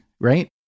right